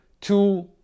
two